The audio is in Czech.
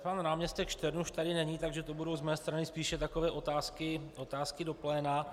Pan náměstek Štern už tady není, takže to budou z mé strany spíše takové otázky do pléna.